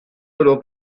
oro